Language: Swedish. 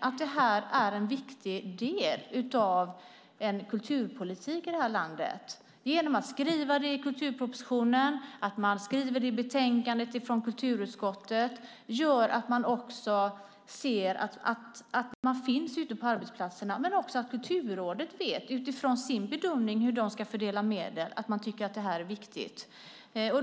att detta är en viktig del av en kulturpolitik i det här landet genom att skriva det i kulturpropositionen och i betänkandet från kulturutskottet. Det gör att man ser att verksamheten finns ute på arbetsplatserna, men också att Kulturrådet vet, utifrån sin bedömning av hur de ska fördela medlen, att man tycker att det här är viktigt.